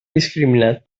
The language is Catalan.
discriminat